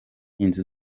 inzu